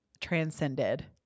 transcended